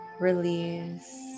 Release